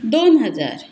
दोन हजार